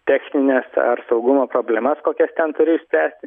technines ar saugumo problemas kokias ten turi išspręsti